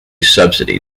subsidy